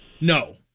No